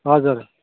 हजुर